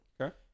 Okay